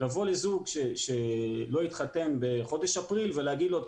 לבוא לזוג שלא התחתן בחודש אפריל ולהגיד לו,